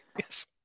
Yes